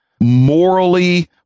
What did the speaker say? morally